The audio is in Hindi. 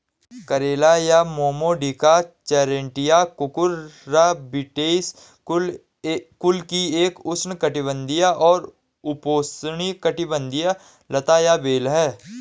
करेला या मोमोर्डिका चारैन्टिया कुकुरबिटेसी कुल की एक उष्णकटिबंधीय और उपोष्णकटिबंधीय लता या बेल है